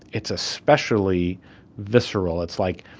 it's especially visceral. it's like,